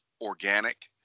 organic